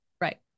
right